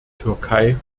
türkei